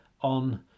on